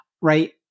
right